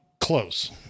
Close